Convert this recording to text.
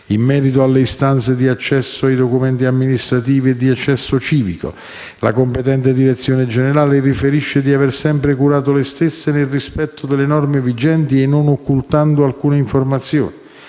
In merito alle istanze di accesso ai documenti amministrativi e di accesso civico, la competente direzione generale riferisce di aver sempre curato le stesse nel rispetto delle norme vigenti e non occultando alcuna informazione.